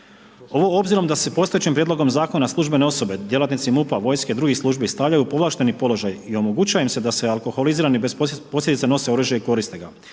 Ovo obzirom da se postojećim prijedlogom zakona službene osobe, djelatnici MUP-a, vojske, drugih službi stavljaju u povlašteni položaj i omogućuje im se da alkoholizirani bez posljedica nose oružje i koriste ga